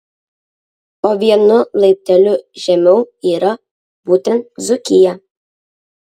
o vienu laipteliu žemiau yra būtent dzūkija